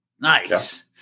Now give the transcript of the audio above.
Nice